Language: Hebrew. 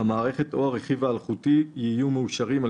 המערכת או הרכיב האלחוטי יהיו מאושרים על